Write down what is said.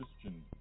Christian